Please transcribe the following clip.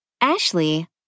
Ashley